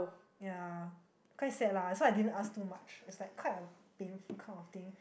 ya quite sad lah so I didn't ask too much is like quite a painful kind of thing